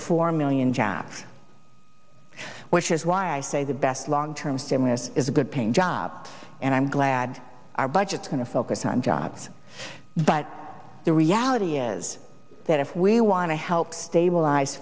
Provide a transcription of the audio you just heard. four million jobs which is why i say the best long term stimulus is a good paying jobs and i'm glad our budget going to focus on jobs but the reality is that if we want to help stabilize